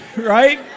right